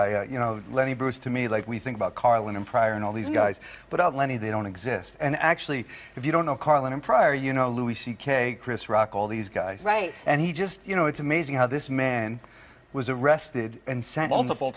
i you know lenny bruce to me like we think about carlin and pryor and all these guys but out lenny they don't exist and actually if you don't know carlin and pryor you know louis c k chris rock all these guys right and he just you know it's amazing how this man was arrested and sent on the whole